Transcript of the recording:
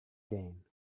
gain